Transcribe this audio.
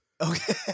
Okay